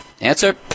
Answer